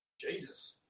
Jesus